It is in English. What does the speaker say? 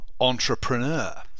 entrepreneur